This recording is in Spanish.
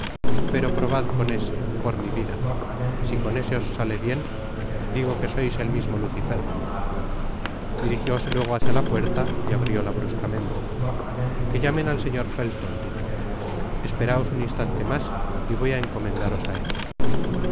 pero probad con ese por mi vida si con ese os salen bieni digo que sois el mismo lucifer difljldse laego hácia la puerta y abrióla bruscamente qoe llamen al señor felton dijo esperaw un instante mas y voy á encomendaros á él